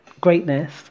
greatness